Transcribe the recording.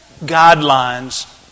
guidelines